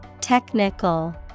Technical